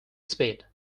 speed